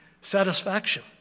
satisfaction